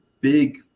big